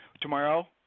tomorrow –